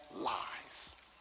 lies